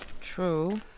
True